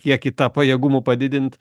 kiekį tą pajėgumų padidint